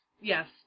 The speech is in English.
Yes